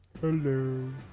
Hello